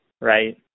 right